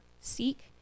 Seek